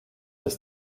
des